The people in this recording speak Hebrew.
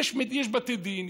יש בתי דין.